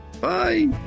bye